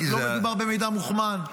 לא מדובר במידע מוכמן.